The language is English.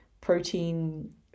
protein